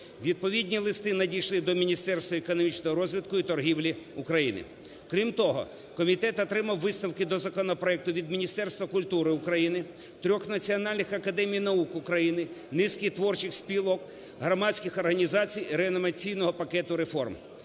Відповідні листи надійшли до Міністерства економічного розвитку і торгівлі України. Крім того, комітет отримав висновки до законопроекту від Міністерства культури України, трьох Національних академій наук України, низки творчих спілок, громадських організацій, "Реанімаційного пакету реформ".